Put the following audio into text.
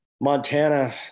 Montana